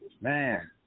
man